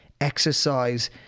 exercise